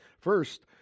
First